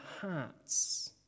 hearts